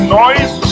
noise